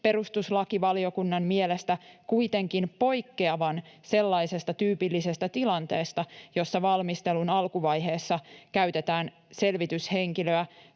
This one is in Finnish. perustuslakivaliokunnan mielestä kuitenkin poikkeavan sellaisesta tyypillisestä tilanteesta, jossa valmistelun alkuvaiheessa käytetään selvityshenkilöä